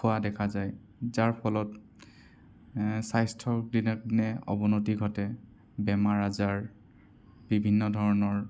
খোৱা দেখা যায় যাৰ ফলত স্বাস্থ্যৰ দিনক দিনে অৱনতি ঘটে বেমাৰ আজাৰ বিভিন্ন ধৰণৰ